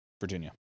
Virginia